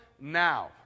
now